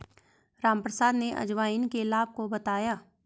रामप्रसाद ने अजवाइन के लाभ को बताया